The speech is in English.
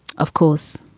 of course,